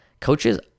coaches